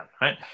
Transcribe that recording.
right